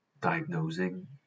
diagnosing